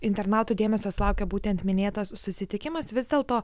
internautų dėmesio sulaukia būtent minėtas susitikimas vis dėlto